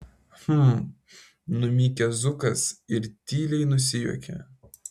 hm numykia zukas ir tyliai nusijuokia